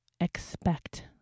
expect